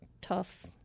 tough